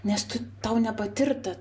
nes tu tau nepatirta